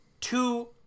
two